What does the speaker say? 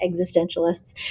existentialists